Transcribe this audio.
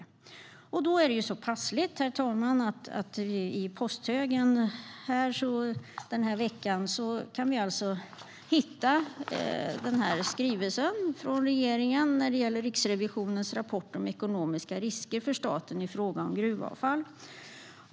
Då är det ju så passligt, herr talman, att vi i posthögen den här veckan kan hitta skrivelsen från regeringen om Riksrevisionens rapport om ekonomiska risker för staten i fråga om gruvavfall.